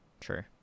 true